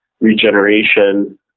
regeneration